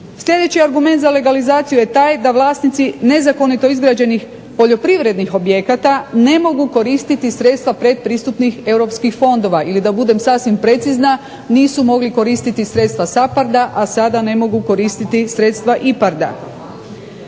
Sljedeći argument za legalizaciju je taj da vlasnici nezakonito izgrađenih poljoprivrednih objekata ne mogu koristiti sredstva predpristupnih europskih fondova ili da budem sasvim precizna, nisu mogli koristiti sredstva SAPARD-a, a sada ne mogu koristiti sredstva IPARD-a.